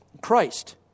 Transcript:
Christ